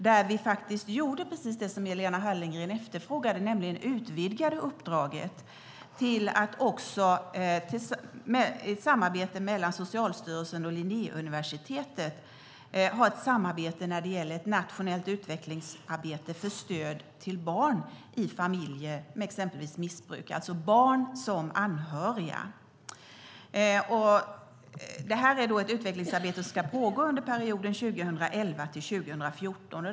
Vi gjorde faktiskt precis det som Lena Hallengren efterfrågade, nämligen utvidgade uppdraget. Det är ett samarbete med Socialstyrelsen och Linnéuniversitetet. Man ska ha ett samarbete när det gäller ett nationellt utvecklingsarbete för stöd till barn i familjer med exempelvis missbruk, alltså barn som anhöriga. Det här är ett utvecklingsarbete som ska pågå under perioden 2011-2014.